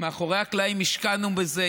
מאחורי הקלעים השקענו בזה,